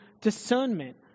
discernment